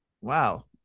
Wow